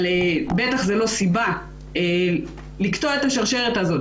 אבל בטח זו לא סיבה לקטוע את השרשרת הזאת.